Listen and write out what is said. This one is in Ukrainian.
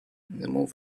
немов